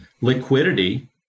liquidity